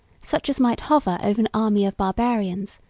such as might hover over an army of barbarians,